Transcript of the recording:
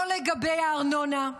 לא לגבי הארנונה,